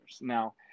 Now